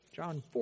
John